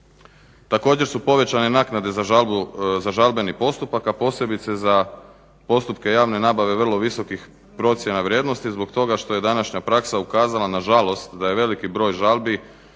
Također, povećane su naknade za žalbeni postupak, a posebice za postupke javne nabave vrlo visokih procjena vrijednosti zbog toga što je današnja praksa ukazala nažalost da je veliki broj žalbi